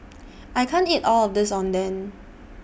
I can't eat All of This Oden